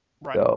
Right